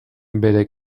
bere